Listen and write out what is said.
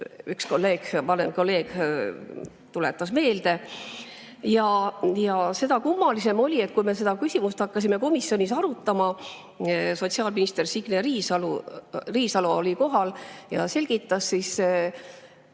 üks vanem kolleeg meelde tuletas. Ja seda kummalisem oli, et kui me seda küsimust hakkasime komisjonis arutama, sotsiaalminister Signe Riisalo oli kohal ja selgitas, siis